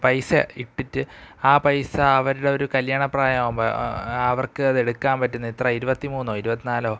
പൈസ ഇട്ടിട്ട് ആ പൈസ അവരുടെ ഒരു കല്ല്യാണ പ്രായം ആകുമ്പോൾ അവർക്കത് ഏടുക്കാൻ പറ്റുന്ന എത്ര ഇരുപത്തിമൂന്നോ ഇരുപത്തിനാലോ